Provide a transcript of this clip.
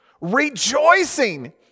rejoicing